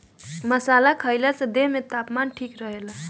मसाला खईला से देह में तापमान ठीक रहेला